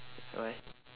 why